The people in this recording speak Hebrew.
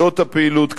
שעות הפעילות,